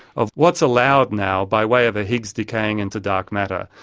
of what's allowed now by way of a higgs decaying into dark matter.